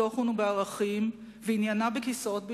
בתוכן ובערכים ועניינה בכיסאות בלבד,